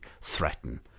threaten